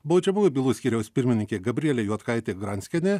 baudžiamųjų bylų skyriaus pirmininkė gabrielė juodkaitė granskienė